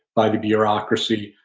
by the bureaucracy,